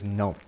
no